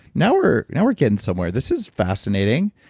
now we're now we're getting somewhere. this is fascinating.